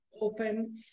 open